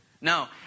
No